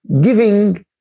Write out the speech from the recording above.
giving